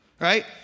Right